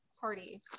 party